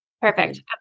Perfect